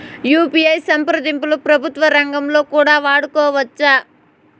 UPI సంప్రదింపులు ప్రభుత్వ రంగంలో కూడా వాడుకోవచ్చా?